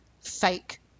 fake